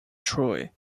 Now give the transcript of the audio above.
troy